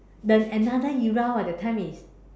the another era [what] that time is